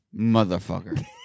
Motherfucker